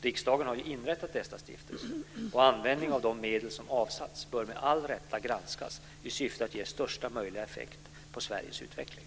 Riksdagen har ju inrättat dessa stiftelser, och användningen av de medel som avsatts bör med all rätta granskas i syfte att ge största möjliga effekt på Sveriges utveckling.